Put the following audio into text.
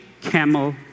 camel